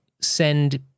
send